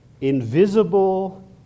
invisible